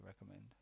recommend